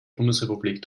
bundesrepublik